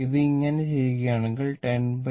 ഇത് അങ്ങനെ ചെയ്യുകയാണെങ്കിൽ 10 13